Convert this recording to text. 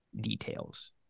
details